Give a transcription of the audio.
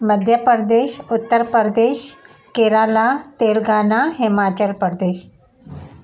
Madhya Pradesh Uttar Pradesh Kerala Telangana Himachal Pradesh